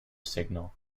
signal